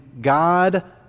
God